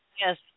Yes